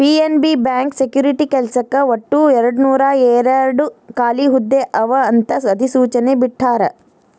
PNB bank security ಕೆಲ್ಸಕ್ಕ ಒಟ್ಟು ಎರಡನೂರಾಯೇರಡ್ ಖಾಲಿ ಹುದ್ದೆ ಅವ ಅಂತ ಅಧಿಸೂಚನೆ ಬಿಟ್ಟಾರ